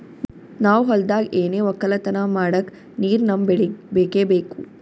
ನಾವ್ ಹೊಲ್ದಾಗ್ ಏನೆ ವಕ್ಕಲತನ ಮಾಡಕ್ ನೀರ್ ನಮ್ ಬೆಳಿಗ್ ಬೇಕೆ ಬೇಕು